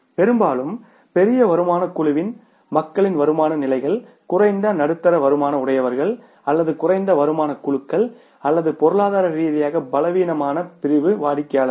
பெரும்பாலும் பெரிய வருமானக் குழுவின் மக்களின் வருமான நிலைகள் குறைந்த நடுத்தர வருமானம் உடையவர்கள் அல்லது குறைந்த வருமானக் குழுக்கள் அல்லது பொருளாதார ரீதியாக பலவீனமான பிரிவு வாடிக்கையாளர்கள்